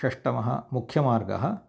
षष्टमः मुख्यमार्गः